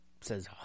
says